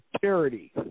charity